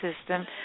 system